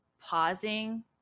pausing